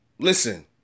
Listen